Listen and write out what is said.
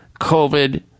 COVID